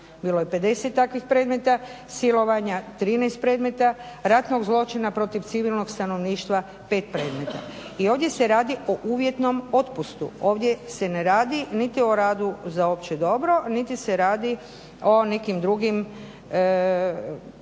Bilo je 50 takvih predmeta, silovanja 13 predmeta, ratnog zločina protiv civilnog stanovništva 5 predmeta i ovdje se radi o uvjetnom otpustu, ovdje se ne radi niti o radu za opće dobro niti se radi o recimo kaznenoj